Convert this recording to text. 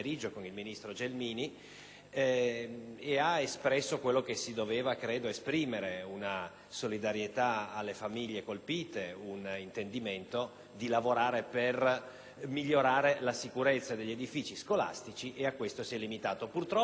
e ha espresso quello che si doveva esprimere: una solidarietà alle famiglie colpite e un intendimento di lavorare per migliorare la sicurezza degli edifici scolastici; si è limitato a questo. Purtroppo gli interventi che sono seguiti